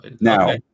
now